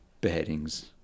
beheadings